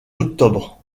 octobre